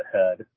ahead